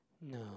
No